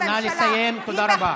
אדוני ראש הממשלה, תודה רבה.